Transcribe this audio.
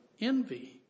envy